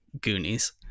goonies